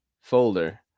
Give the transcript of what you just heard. folder